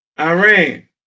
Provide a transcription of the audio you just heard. Iran